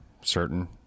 certain